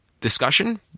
discussion